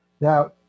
Now